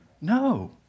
No